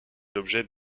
l’objet